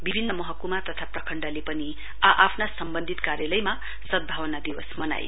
विभिन्न महकुमा तथा प्रखण्डले पनि आ आफ्ना सम्वन्धित कार्यालयमा सद्धावना दिवस मनाए